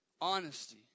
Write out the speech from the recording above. Honesty